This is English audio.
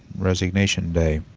resignation day